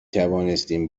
توانستیم